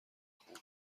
خوب